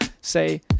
say